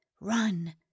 Run